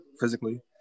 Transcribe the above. physically